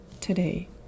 today